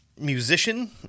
musician